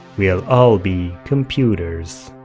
we'll all be computers.